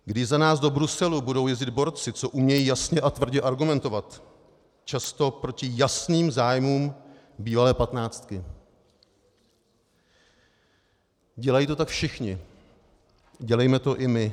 Když za nás do Bruselu budou jezdit borci, co umějí jasně a tvrdě argumentovat, často proti jasným zájmům bývalé patnáctky dělají to tak všichni, dělejme to i my.